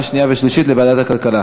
שנייה ולקריאה שלישית בוועדת הכלכלה.